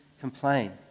complain